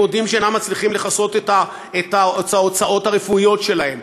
הם מודים שהם אינם מצליחים לכסות את ההוצאות הרפואיות שלהם,